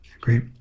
Great